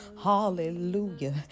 Hallelujah